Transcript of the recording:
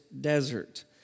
desert